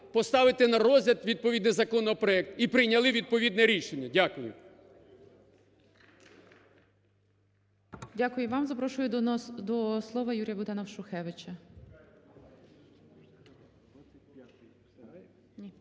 поставити на розгляд відповідний законопроект і прийняли відповідне рішення. Дякую.